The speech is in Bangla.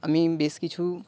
আমি বেশ কিছু